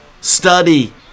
study